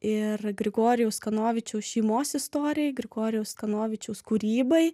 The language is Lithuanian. ir grigorijaus kanovičiaus šeimos istorijai grigorijaus kanovičiaus kūrybai